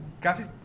casi